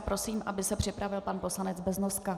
Prosím, aby se připravil pan poslanec Beznoska.